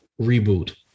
reboot